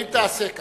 האם תעשה כך?